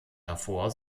davor